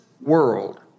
world